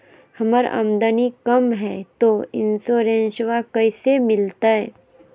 हमर आमदनी कम हय, तो इंसोरेंसबा कैसे मिलते?